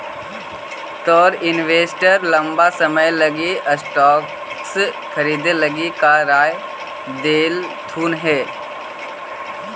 तोर इन्वेस्टर लंबा समय लागी स्टॉक्स खरीदे लागी का राय देलथुन हे?